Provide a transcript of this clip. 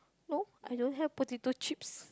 no I don't have potato chips